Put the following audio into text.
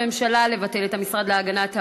הממשלה לבטל את המשרד להגנת העורף.